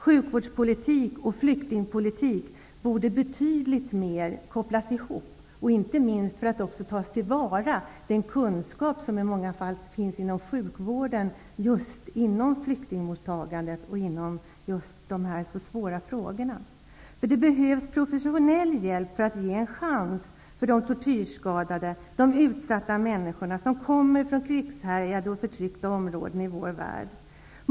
Sjukvårdspolitik och flyktingpolitik borde kopplas ihop betydligt mera, inte minst för att man skall kunna ta till vara den kunskap som i många fall finns inom sjukvården just när det gäller flyktingmottagandet och dessa svåra frågor. Det behövs professionell hjälp för att de tortyrskadade -- de utsatta människorna som kommer från krigshärjade och förtryckta områden i vår värld -- skall ha en chans.